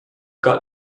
got